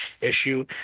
Issue